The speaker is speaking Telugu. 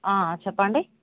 చెప్పండి